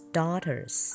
daughters